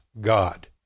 God